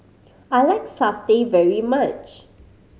I like satay very much